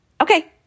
Okay